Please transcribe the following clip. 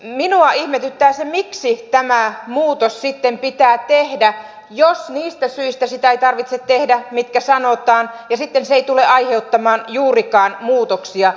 minua ihmetyttää miksi tämä muutos sitten pitää tehdä jos niistä syistä sitä ei tarvitse tehdä mitkä sanotaan ja sitten se ei tule aiheuttamaan juurikaan muutoksia